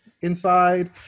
inside